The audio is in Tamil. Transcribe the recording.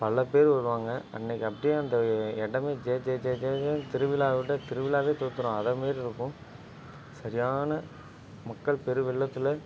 பல பேர் வருவாங்க அன்னைக்கு அப்படியே அந்த இடமே ஜேஜேஜேஜேஜேன்னு திருவிழாவை விட திருவிழாகவே தோற்றுரும் அதமாரி இருக்கும் சரியான மக்கள் பெருவெள்ளத்தில்